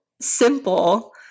simple